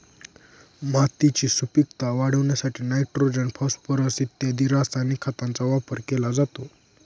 मातीची सुपीकता वाढवण्यासाठी नायट्रोजन, फॉस्फोरस इत्यादी रासायनिक खतांचा वापर केला जातो